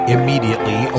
Immediately